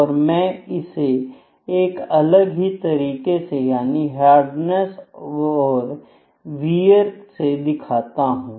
और मैं इसे एक अलग ही तरीके से यानी हार्डनेस और वियर से दिखाता हूं